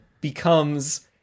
becomes